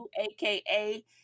aka